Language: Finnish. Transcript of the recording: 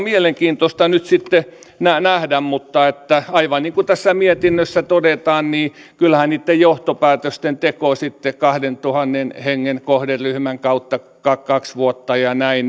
mielenkiintoista nyt sitten nähdä mutta aivan niin kuin tässä mietinnössä todetaan kyllähän niitten johtopäätösten suhteen sitten kahdentuhannen hengen kohderyhmän kautta kaksi kaksi vuotta ja näin